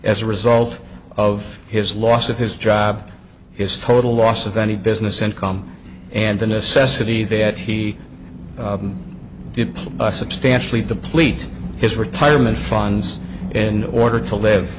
as a result of his loss of his job his total loss of any business income and the necessity that he did pull us substantially deplete his retirement funds in order to live